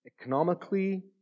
economically